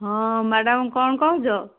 ହଁ ମ୍ୟାଡ଼ାମ୍ କ'ଣ କହୁଛ